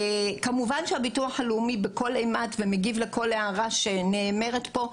כמובן שהביטוח הלאומי מגיב לכל הערה שנאמרת פה,